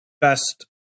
best